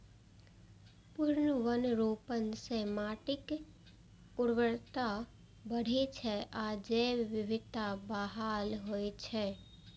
पुनर्वनरोपण सं माटिक उर्वरता बढ़ै छै आ जैव विविधता बहाल होइ छै